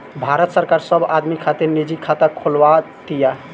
भारत सरकार सब आदमी खातिर निजी खाता खोलवाव तिया